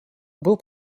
был